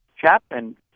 chapman